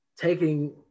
taking